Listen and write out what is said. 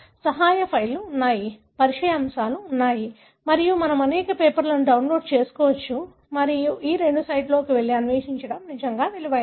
సహాయ ఫైళ్లు ఉన్నాయి పరిచయ అంశాలు ఉన్నాయి మరియు మనము అనేక పేపర్లను డౌన్లోడ్ చేసుకోవచ్చు మరియు ఈ రెండు సైట్లలోకి వెళ్లి అన్వేషించడం నిజంగా విలువైనది